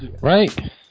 Right